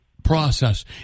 process